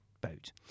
boat